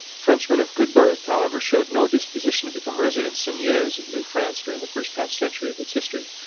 frenchmen of good birth, however, showed no disposition to become resident seigneurs of new france during the first half-century of its history.